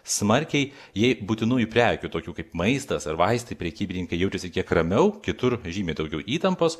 smarkiai jei būtinųjų prekių tokių kaip maistas ar vaistai prekybininkai jaučiasi kiek ramiau kitur žymiai daugiau įtampos